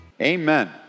Amen